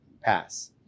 pass